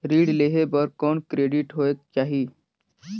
ऋण लेहे बर कौन क्रेडिट होयक चाही?